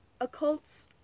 occults